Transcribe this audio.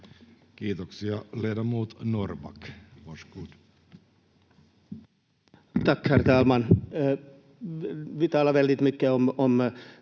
Kiitoksia. — Ledamot Norrback, var så god.